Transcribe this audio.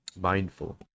mindful